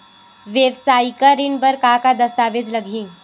वेवसायिक ऋण बर का का दस्तावेज लगही?